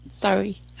sorry